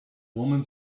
woman